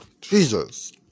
Jesus